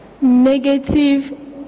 negative